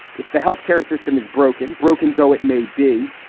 if the health care system is broken, broken, though it may be,